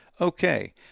Okay